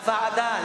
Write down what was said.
לוועדה.